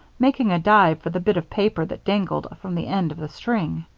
making a dive for the bit of paper that dangled from the end of the string.